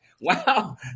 Wow